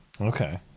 okay